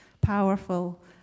powerful